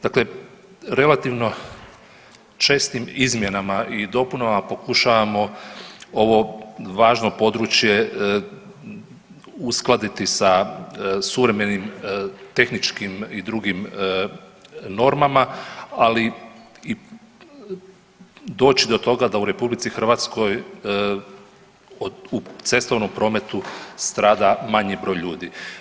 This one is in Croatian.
Dakle, relativno čestim izmjenama i dopunama pokušavamo ovo važno područje uskladiti sa suvremenim tehničkim i drugim normama, ali i doći do toga da u RH u cestovnom prometu strada manji broj ljudi.